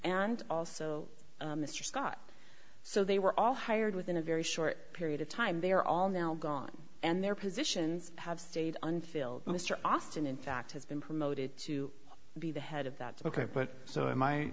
and also mr scott so they were all hired within a very short period of time they are all now gone and their positions have stayed unfilled mr austin in fact has been promoted to be the head of that's ok but so am i